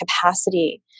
capacity